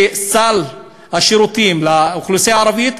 שסל השירותים לאוכלוסייה הערבית,